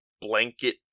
blanket